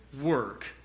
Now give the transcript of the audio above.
work